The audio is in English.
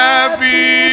Happy